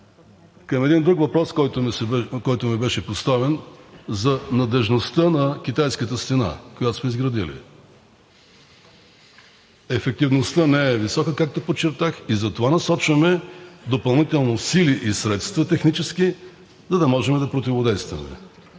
към един друг въпрос, който ми беше поставен – за надеждността на „Китайската стена“, която сме изградили. Ефективността не е висока, както подчертах, и затова насочваме допълнително сили и технически средства, за да можем да противодействаме